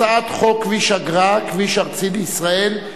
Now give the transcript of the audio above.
הצעת חוק שחרור על תנאי ממאסר (תיקון,